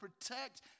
protect